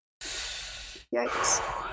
Yikes